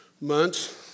months